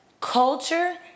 culture